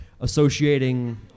associating